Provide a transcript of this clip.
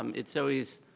um it's always,